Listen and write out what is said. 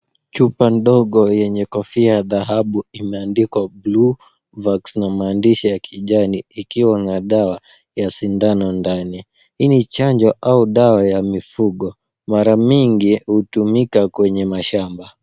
Chupa ndogo enye kofia ya dhahabu imeandikwa Bluevax na maandishi ya kijani ikiwa na dawa ya sidano ndani. Hii ni chanjo au dawa ya mifugo, mara mingi hutumika kwenye mashamba.